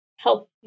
help